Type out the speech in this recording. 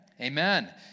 Amen